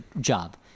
job